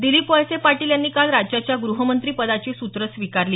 दिलीप वळसे पाटील यांनी काल राज्याच्या ग्रहमंत्री पदाची सूत्रं स्वीकारली